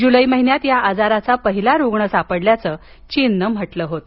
जुलै महिन्यात या आजाराचा पहिला रुग्ण सापडल्याच चीननं म्हटलं होतं